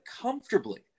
comfortably